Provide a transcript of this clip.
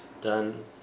done